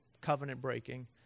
covenant-breaking